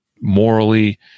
morally